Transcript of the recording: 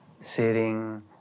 sitting